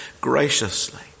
graciously